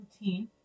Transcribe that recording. routine